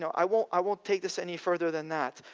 so i won't i won't take this any further than that.